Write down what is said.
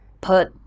put